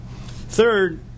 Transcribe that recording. Third